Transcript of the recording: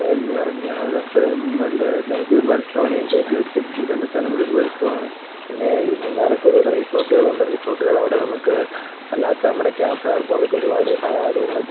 വേറെ എന്ന് പറഞ്ഞാൽ അത്രയും നല്ല എനിക്ക് ഒരുപാട് ഇഷ്ടമാണ് എൻ്റെ ഇത് വെച്ച് എനിക്ക് ഈ രണ്ട് സലങ്ങൾ ഒരുപാട് ഇഷ്ടമാണ് പിന്നെ ഈ മൂന്നാറൊക്കെ ഒരുപാട് റിസോട്ടുകളുണ്ട് റിസോട്ടുകൾ അവിടെ നമുക്ക് അല്ലാത്ത നമ്മുടെ ക്യാമ്പ് ഫയർ പോലെ ഒക്കെ ഒരുപാട് സ കാര്യങ്ങളൊക്കെ